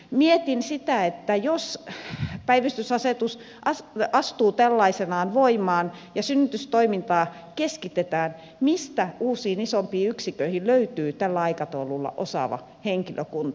mietin sitä että jos päivystysasetus astuu tällaisenaan voimaan ja synnytystoimintaa keskitetään mistä uusiin isompiin yksiköihin löytyy tällä aikataululla osaava henkilökunta